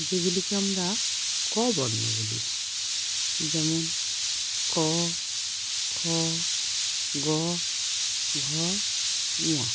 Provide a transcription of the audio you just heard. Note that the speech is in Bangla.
যেগুলিকে আমরা ক বর্ণ বলি যেমন ক খ গ ঘ ঙ